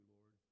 Lord